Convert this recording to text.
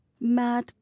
mad